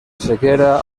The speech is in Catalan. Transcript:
sequera